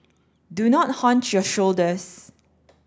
do not hunch your shoulders